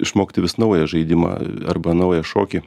išmokti vis naują žaidimą arba naują šokį